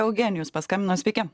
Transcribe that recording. eugenijus paskambino sveiki